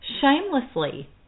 shamelessly